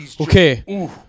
Okay